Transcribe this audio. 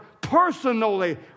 personally